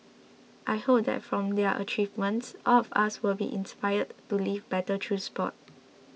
I hope that from their achievements all of us will be inspired to live better through sport